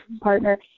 partner